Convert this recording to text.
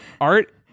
art